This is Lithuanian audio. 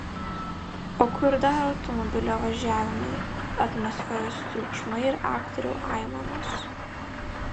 o kur dar automobilio važiavimai atmosferos triukšmai ir aktorių aimanos